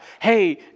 hey